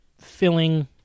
filling